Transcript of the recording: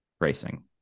racing